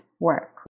work